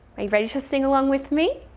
ready to sing along with me?